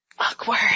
Awkward